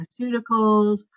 pharmaceuticals